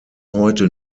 heute